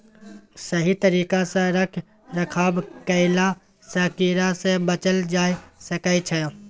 सही तरिका सँ रख रखाव कएला सँ कीड़ा सँ बचल जाए सकई छै